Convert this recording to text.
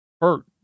Hurt